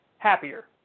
happier